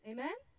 Amen